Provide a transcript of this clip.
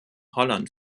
holland